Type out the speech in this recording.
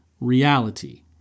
reality